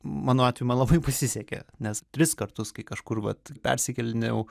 mano atveju man labai pasisekė nes tris kartus kai kažkur vat persikėlinėjau